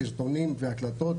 סרטונים והקלטות